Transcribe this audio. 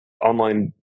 online